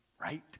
Right